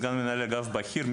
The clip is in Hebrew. סגן מנהל אגף בכיר,